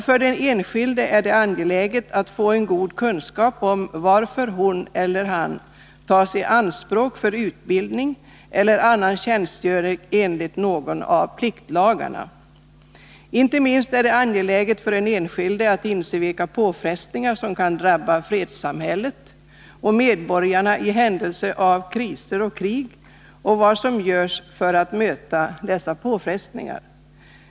För den enskilde är det angeläget att få en god kunskap om varför hon eller han kan tas i anspråk för utbildning eller annan tjänstgöring enligt någon av pliktlagarna. Inte minst är det angeläget för den enskilde att inse vilka påfrestningar som kan drabba fredssamhället och medborgarna i händelse av kriser och krig och vad som görs för att möta dessa påfrestningar.